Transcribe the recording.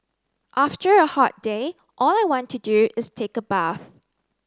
after a hot day all I want to do is take a bath